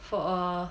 for a